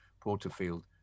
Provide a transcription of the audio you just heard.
Porterfield